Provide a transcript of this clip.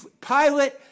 Pilate